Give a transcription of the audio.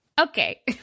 Okay